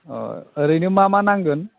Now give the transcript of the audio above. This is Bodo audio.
अ ओरैनो मा मा नांगोन